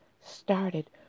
started